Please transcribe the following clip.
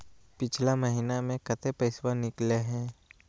पिछला महिना मे कते पैसबा निकले हैं?